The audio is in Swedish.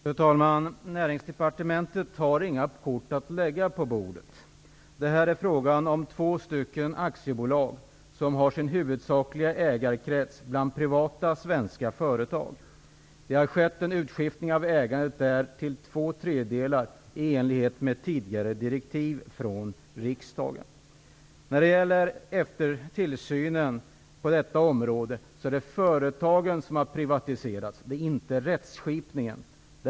Fru talman! Näringsdepartementet har inga kort att lägga på bordet. Det är här fråga om två aktiebolag som har sin huvudsakliga ägarkrets bland privata svenska företag. Det har i enlighet med tidigare direktiv från riksdagen skett en utskiftning av ägandet motsvarande två tredjedelar. När det gäller tillsynen på detta område vill jag säga att det är företagen som har privatiserats och inte rättsskipningen.